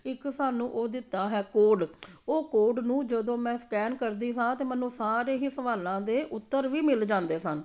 ਇੱਕ ਸਾਨੂੰ ਉਹ ਦਿੱਤਾ ਹੈ ਕੋਡ ਉਹ ਕੋਡ ਨੂੰ ਜਦੋਂ ਮੈਂ ਸਕੈਨ ਕਰਦੀ ਸਾਂ ਤਾਂ ਮੈਨੂੰ ਸਾਰੇ ਹੀ ਸਵਾਲਾਂ ਦੇ ਉੱਤਰ ਵੀ ਮਿਲ ਜਾਂਦੇ ਸਨ